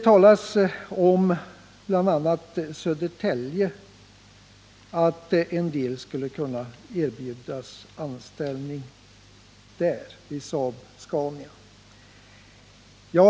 Det nämns bl.a. att en del av dem som blir utan jobb skulle kunna erbjudas anställning vid Saab-Scania i Södertälje.